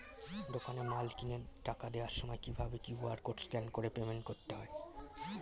দোকানে মাল কিনে টাকা দেওয়ার সময় কিভাবে কিউ.আর কোড স্ক্যান করে পেমেন্ট করতে হয়?